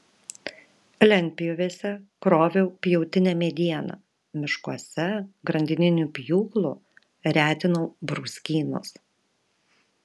lentpjūvėse kroviau pjautinę medieną miškuose grandininiu pjūklu retinau brūzgynus